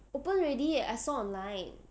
open already I saw online